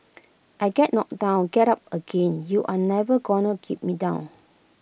I get knocked down get up again you're never gonna keep me down